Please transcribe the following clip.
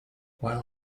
while